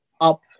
up